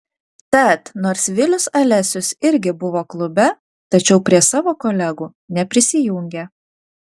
tad nors vilius alesius irgi buvo klube tačiau prie savo kolegų neprisijungė